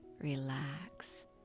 relax